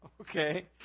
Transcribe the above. Okay